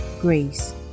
grace